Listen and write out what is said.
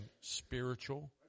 spiritual